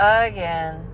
again